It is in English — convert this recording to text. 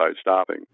stopping